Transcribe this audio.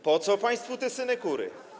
Po co państwu te synekury?